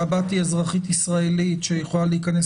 שהבת היא אזרחית ישראלית שיכולה להיכנס